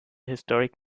historic